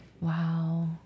Wow